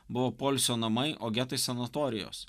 buvo poilsio namai o getai sanatorijos